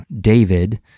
David